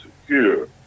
secure